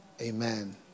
Amen